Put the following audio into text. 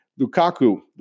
Lukaku